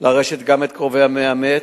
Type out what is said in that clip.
לרשת גם את קרובי המאמץ,